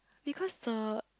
because the